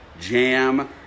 jam